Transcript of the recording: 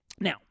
Now